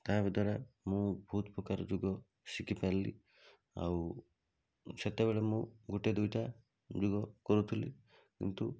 ତାହାଦ୍ଵାରା ମୁଁ ବହୁତପ୍ରକାର ଯୋଗ ଶିଖିପାରିଲି ଆଉ ସେତେବେଳେ ମୁଁ ଗୋଟେ ଦୁଇଟା ଯୋଗ କରୁଥିଲି କିନ୍ତୁ